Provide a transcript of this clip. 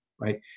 right